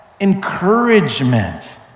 encouragement